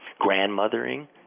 grandmothering